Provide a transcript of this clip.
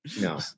no